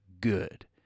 good